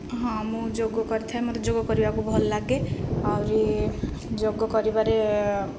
ହଁ ମୁଁ ଯୋଗ କରିଥାଏ ମତେ ଯୋଗ କରିବାକୁ ଭଲ ଲାଗେ ଆହୁରି ଯୋଗ କରିବାରେ